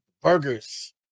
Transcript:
burgers